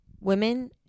women